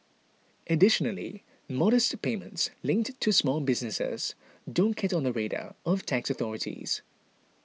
additionally modest payments linked to small business don't get on the radar of tax authorities